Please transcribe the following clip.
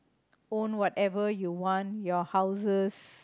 own whatever you want your houses